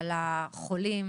על החולים,